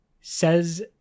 says